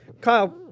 Kyle